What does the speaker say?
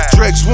Drex